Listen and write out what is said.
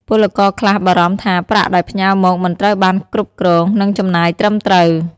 ពលករខ្លះបារម្ភថាប្រាក់ដែលផ្ញើមកមិនត្រូវបានគ្រប់គ្រង និងចំណាយត្រឹមត្រូវ។